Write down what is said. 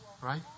right